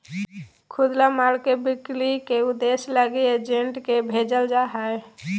खुदरा माल के बिक्री के उद्देश्य लगी एजेंट के भेजल जा हइ